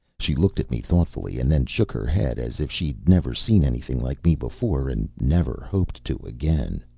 she looked at me thoughtfully and then shook her head as if she'd never seen anything like me before and never hoped to again.